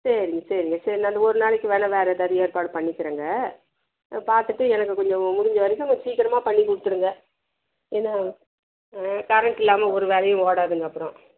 சரிங்க சரிங்க சரி நான் அந்த ஒரு நாளைக்கு வேணால் வேறு ஏதாவது ஏற்பாடு பண்ணிக்கிறேங்க பார்த்துட்டு எனக்கு கொஞ்சம் முடிஞ்சவரைக்கும் கொஞ்சம் சீக்கிரமா பண்ணிக்கொடுத்துருங்க ஏன்னால் கரண்ட் இல்லாமல் ஒரு வேலையும் ஓடாதுங்க அப்புறம்